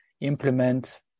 implement